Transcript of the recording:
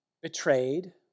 betrayed